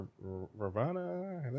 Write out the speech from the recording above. ravana